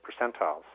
percentiles